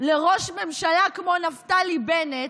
לראש ממשלה כמו נפתלי בנט,